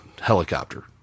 helicopter